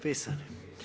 Pisani.